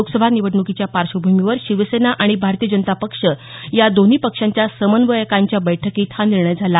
लोकसभा निवडण्कीच्या पार्श्वभूमीवर शिवसेना आणि भारतीय जनता पक्ष या दोन्ही पक्षांच्या समन्वयकांच्या बैठकीत हा निर्णय झाला